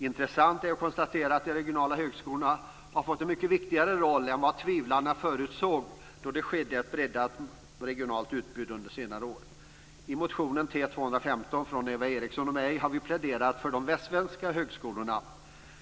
Intressant är att konstatera att de regionala högskolorna har fått en mycket viktigare roll än vad tvivlarna förutsåg då det skedde ett breddat regionalt utbud under senare år. I motionen T215 av Eva Eriksson och mig har vi pläderat för de västsvenska högskolorna.